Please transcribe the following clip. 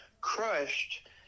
crushed